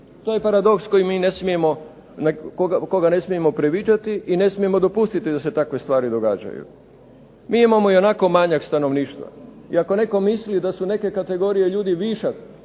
To je paradoks koga ne smijemo previđati i ne smijemo dopustiti da se takve stvari događaju. Mi imamo i onako manjak stanovništva i ako netko misli da su neke kategorije ljudi višak,